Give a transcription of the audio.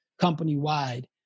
company-wide